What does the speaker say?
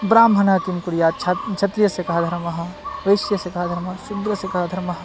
ब्राह्मणः किं कुर्यात् छात्र क्षत्रियस्य कः धर्मः वैश्यस्य कः धर्मः शूद्रस्य कः धर्मः